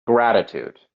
gratitude